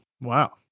Wow